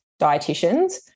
dietitians